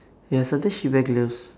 ya sometimes she wear gloves